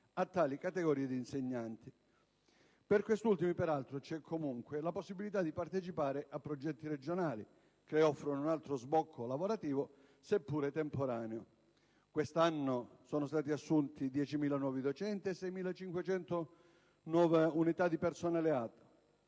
a tali categorie di insegnanti. Per questi ultimi, peraltro, c'è comunque la possibilità di partecipare a progetti regionali, che offrono un altro sbocco lavorativo, seppure temporaneo. Quest'anno sono stati assunti 10.000 nuovi docenti e 6.500 nuove unità di personale